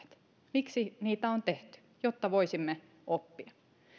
miksi niitä on tehty jotta voisimme oppia